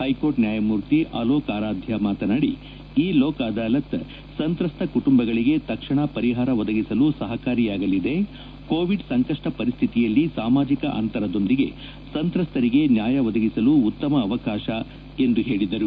high court ನ್ಯಾಯಮೂರ್ತಿ ಅಲೋಕ್ ಆರಾಧ್ಯ ಮಾತನಾಡಿ e Lok Adalat ಸಂತ್ರಸ್ತ ಕುಟುಂಬಗಳಿಗೆ ತಕ್ಷಣ ಪರಿಹಾರ ಒದಗಿಸಲು ಸಹಕಾರಿಯಾಗಲಿದೆ ಕೋವಿಡ್ ಸಂಕಷ್ಟ ಪರಿಸ್ತಿತಿಯಲ್ಲಿ ಸಾಮಾಜಿಕ ಅಂತರದೊಂದಿಗೆ ಸಂತ್ರಸ್ತರಿಗೆ ನ್ಯಾಯ ಒದಗಿಸಲು ಉತ್ತಮ ಅವಕಾಶ ಎಂದು ಹೇಳಿದರು